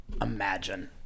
imagine